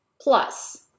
Plus